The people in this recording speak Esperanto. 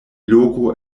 loko